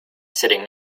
sitting